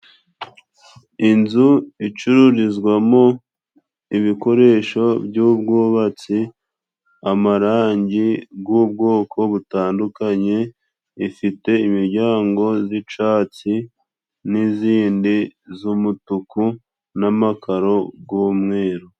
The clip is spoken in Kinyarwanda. Inzu icururizwamo ibikoresho by'ubwubatsi amarangi bw'ubwoko butandukanye ,ifite imiryango z'icatsi n'izindi z'umutuku n'amakaro g' umweru.